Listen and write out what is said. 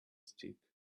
stick